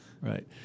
Right